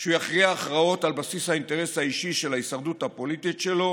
שהוא יכריע הכרעות על בסיס האינטרס האישי של ההישרדות הפוליטית שלו